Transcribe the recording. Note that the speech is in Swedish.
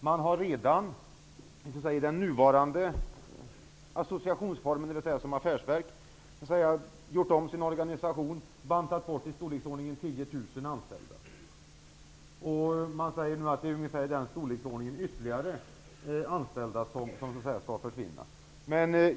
Man har redan i den nuvarande associationsformen, dvs. som affärsverk, gjort om sin organisation och bantat bort i storleksordningen 10 000 anställda, och man säger att ungefär ytterligare lika många anställda skall försvinna.